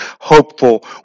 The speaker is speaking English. hopeful